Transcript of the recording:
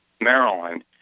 Maryland